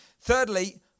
Thirdly